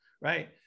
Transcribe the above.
right